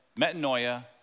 metanoia